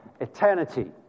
eternity